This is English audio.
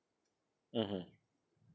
mmhmm